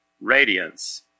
Radiance